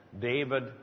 David